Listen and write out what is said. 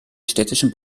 städtischen